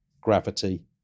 gravity